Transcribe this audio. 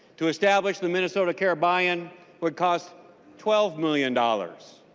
to establish the minnesota care by in would cost twelve million dollars.